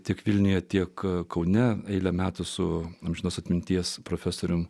tiek vilniuje tiek kaune eilę metų su amžinos atminties profesoriumi